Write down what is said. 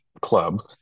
club